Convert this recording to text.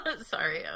sorry